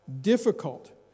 difficult